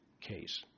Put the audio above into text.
case